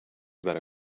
برای